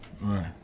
right